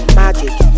magic